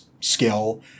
skill